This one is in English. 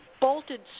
bolted